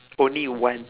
only one